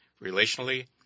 relationally